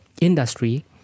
industry